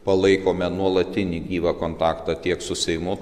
palaikome nuolatinį gyvą kontaktą tiek su seimu